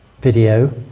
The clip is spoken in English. video